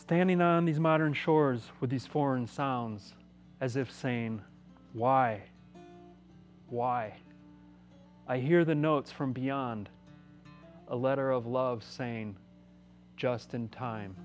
standing on these modern shores with these foreign sounds as if saying why why i hear the notes from beyond a letter of love saying just in time